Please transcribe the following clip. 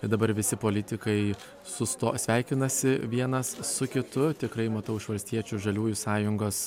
ir dabar visi politikai susto sveikinasi vienas su kitu tikrai matau iš valstiečių žaliųjų sąjungos